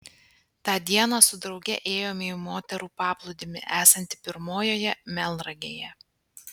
tą dieną su drauge ėjome į moterų paplūdimį esantį pirmojoje melnragėje